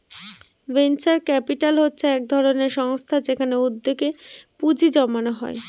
venture capital হচ্ছে এক ধরনের সংস্থা যেখানে উদ্যোগে পুঁজি জমানো হয়